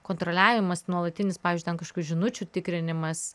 kontroliavimas nuolatinis pavyzdžiui ten kažkokių žinučių tikrinimas